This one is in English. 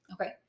Okay